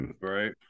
right